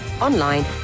online